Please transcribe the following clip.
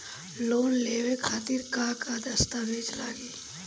Loan लेवे खातिर का का दस्तावेज लागी?